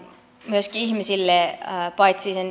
myöskin ihmisille paitsi